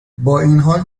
بااینحال